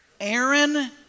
Aaron